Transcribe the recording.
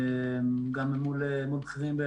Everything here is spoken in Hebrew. גם מול בכירים ב